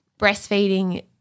breastfeeding